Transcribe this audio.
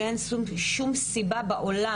שאין שום סיבה בעולם,